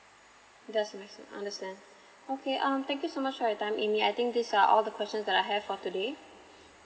that's the maximum I understand okay um thank you so much for your time ammy I think these are all the questions I have for today